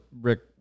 rick